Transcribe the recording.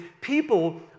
people